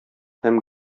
һәм